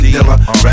Dilla